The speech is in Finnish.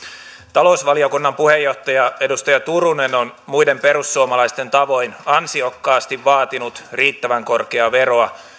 talousvaliokunnan puheenjohtaja edustaja turunen on muiden perussuomalaisten tavoin ansiokkaasti vaatinut riittävän korkeaa veroa